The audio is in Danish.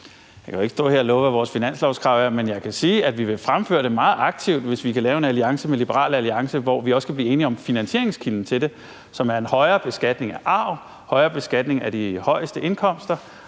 Jeg kan jo ikke stå her og love, hvad vores finanslovskrav er, men jeg kan sige, at vi vil fremføre det meget aktivt, hvis vi kan lave en alliance med Liberal Alliance, hvor vi også kan blive enige om finansieringskilden til det, som er en højere beskatning af arv, højere beskatning af de højeste indkomster